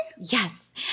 Yes